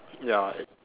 ya I